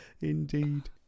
Indeed